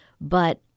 but-